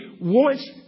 wants